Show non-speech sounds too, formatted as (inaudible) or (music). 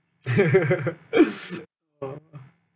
(laughs) (breath) oh ah